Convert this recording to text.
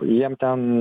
jiem ten